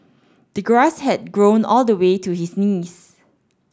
the grass had grown all the way to his knees